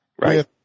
right